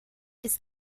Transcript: ist